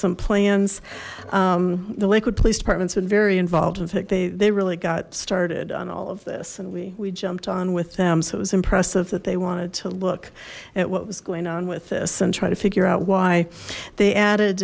some plans the lakewood police department's been very involved in fact they they really got started on all of this and we we jumped on with them so it was impressive that they wanted to look at what was going on with this and try to figure out why they added